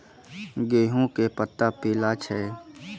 गेहूँ के पत्ता पीला छै?